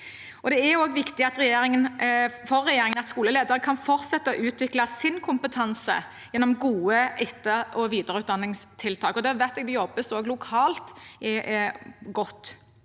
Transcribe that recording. Det er også viktig for regjeringen at skoleledere kan fortsette å utvikle sin kompetanse gjennom gode etterog videreutdanningstiltak, og der vet jeg det jobbes godt